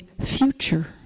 future